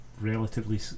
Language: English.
relatively